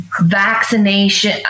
vaccination